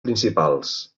principals